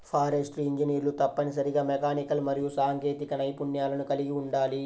forestry ఇంజనీర్లు తప్పనిసరిగా mechanical మరియు సాంకేతిక నైపుణ్యాలను కలిగి ఉండాలి